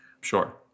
sure